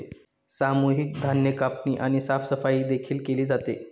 सामूहिक धान्य कापणी आणि साफसफाई देखील केली जाते